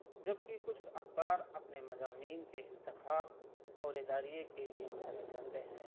جبکہ کچھ اخبار اپنے مضامین کے انتخاب اور ادارے کے لئے جانے جاتے ہیں